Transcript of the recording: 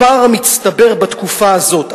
הפער המצטבר בתקופה הזאת,